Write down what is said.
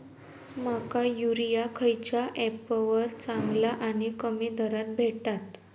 माका युरिया खयच्या ऍपवर चांगला आणि कमी दरात भेटात?